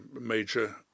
major